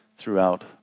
throughout